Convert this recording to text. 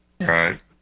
Right